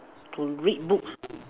to read books